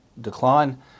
decline